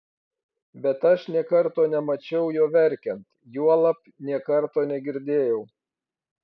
bet aš nė karto nemačiau jo verkiant juolab nė karto negirdėjau